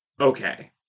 okay